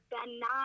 Ben